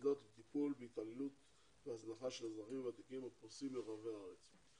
היחידות לטיפול והתעללות והזנחה של אזרחים ותיקים הפרוסים ברחבי הארץ.